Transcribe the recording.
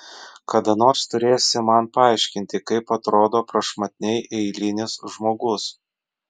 kada nors turėsi man paaiškinti kaip atrodo prašmatniai eilinis žmogus